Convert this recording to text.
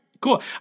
cool